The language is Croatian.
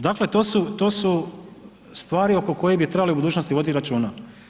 Dakle to su stvari oko kojih bi trebali u budućnosti voditi računa.